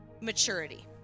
maturity